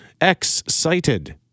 excited